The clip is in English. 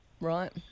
Right